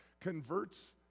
converts